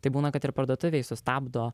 tai būna kad ir parduotuvėj sustabdo